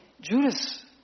Judas